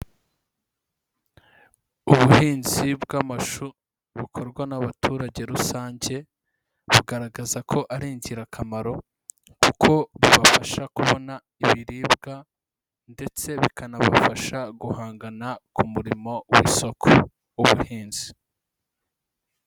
Ubuhinzi bw'amashu bukorwa n'abaturage rusange bugaragaza ko ari ingirakamaro kuko bubafasha kubona ibiribwa ndetse bikanabafasha guhangana ku murimo w'isoko w'ubuhinzi.